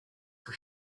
for